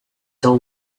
till